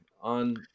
on